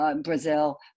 Brazil